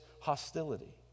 hostility